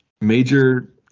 Major